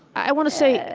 i want to say,